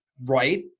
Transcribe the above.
right